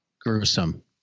gruesome